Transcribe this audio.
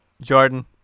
Jordan